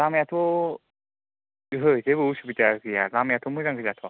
लामायाथ' ओहो जेबो उसुबिदाव गैया लामायाथ' मोजां गोजाथ'